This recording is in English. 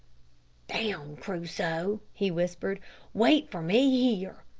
down, crusoe, he whispered wait for me here.